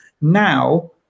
Now